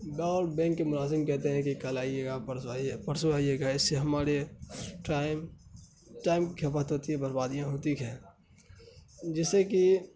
گاؤں بینک کے ملازم کہتے ہیں کہ کل آئیے گا پرسوں آئیے پرسوں آئیے گا اس سے ہمارے ٹائم ٹائم کھپت ہوتی ہے بربادیاں ہوتی ہیں جس سے کہ